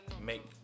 make